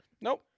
Nope